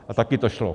A taky to šlo.